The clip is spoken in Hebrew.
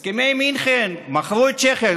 הסכמי מינכן מכרו את צ'כיה.